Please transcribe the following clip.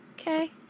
Okay